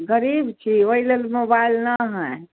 गरीब छी ओहिलेल मोबाइल ना हइ